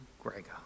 Gregor